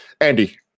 Andy